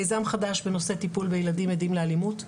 מיזם חדש בנושא טיפול בילדים עדים לאלימות.